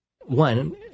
one